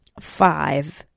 five